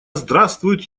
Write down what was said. здравствует